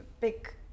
big